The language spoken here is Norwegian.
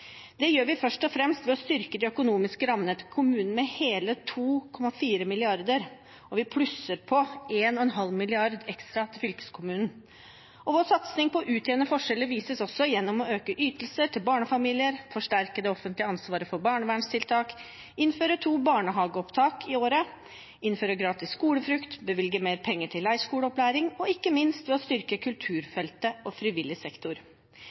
Det gjør vi først og fremst ved å styrke de økonomiske rammene til kommunene med hele 2,4 mrd. kr, og vi plusser på 1,5 mrd. kr ekstra til fylkeskommunen. Vår satsing på å utjevne forskjeller viser vi også gjennom å øke ytelser til barnefamilier, forsterke det offentlige ansvaret for barnevernstiltak, innføre to barnehageopptak i året, innføre gratis skolefrukt og bevilge mer penger til leirskoleopplæring – og ikke minst ved å styrke kulturfeltet og frivillig sektor.